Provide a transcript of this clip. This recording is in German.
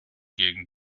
gegen